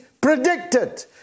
predicted